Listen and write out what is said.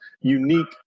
unique